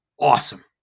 Awesome